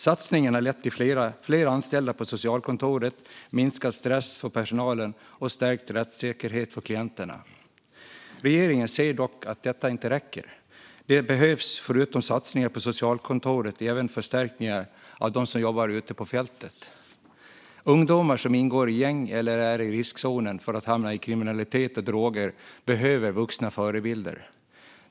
Satsningen har lett till fler anställda på socialkontoret, minskad stress för personalen och stärkt rättssäkerhet för klienterna. Regeringen ser dock att detta inte räcker. Det behövs, förutom satsningar på socialkontoret, även förstärkningar av dem som jobbar ute på fältet. Ungdomar som ingår i gäng eller som är i riskzonen för att hamna i kriminalitet och droger behöver vuxna förebilder.